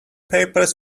papers